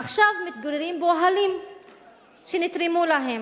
עכשיו מתגוררים באוהלים שנתרמו להם.